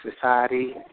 society